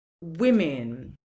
women